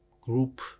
group